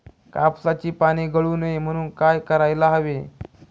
कापसाची पाने गळू नये म्हणून काय करायला हवे?